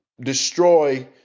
destroy